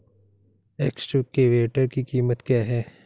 Excavator की कीमत क्या है?